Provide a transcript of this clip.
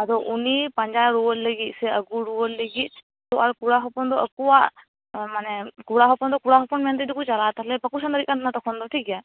ᱟᱫᱚ ᱩᱱᱤ ᱯᱟᱸᱡᱟ ᱨᱩᱣᱟ ᱲ ᱞᱟ ᱜᱤᱫ ᱥᱮ ᱟ ᱜᱩ ᱨᱩᱣᱟ ᱲ ᱞᱟ ᱜᱤᱫ ᱛᱚ ᱟᱨ ᱠᱚᱲᱟᱦᱚᱯᱚᱱ ᱫᱚ ᱟᱠᱚᱣᱟᱜ ᱢᱟᱱᱮ ᱠᱚᱲᱟᱦᱚᱯᱚᱱ ᱫᱚ ᱠᱚᱲᱟᱦᱚᱯᱚᱱ ᱢᱮᱱᱛᱮᱫᱚᱠᱚ ᱪᱟᱞᱟᱜᱼᱟ ᱛᱟᱦᱮᱞᱮ ᱵᱟᱠᱚ ᱥᱮᱱ ᱫᱟᱲᱮᱭᱟᱜ ᱠᱟᱱ ᱛᱟᱷᱮᱸᱫᱼᱟ ᱛᱚᱠᱷᱚᱱ ᱫᱚ ᱴᱷᱤᱠᱜᱮᱭᱟ